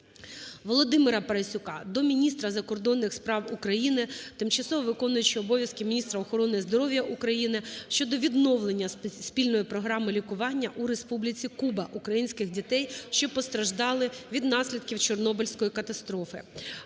ВолодимираПарасюка до міністра закордонних справ України, тимчасово виконуючої обов'язки міністра охорони здоров'я України щодо відновлення спільної програми лікування у Республіці Куба українських дітей, що постраждали від наслідків Чорнобильської катастрофи.